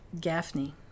Gaffney